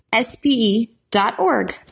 SPE.org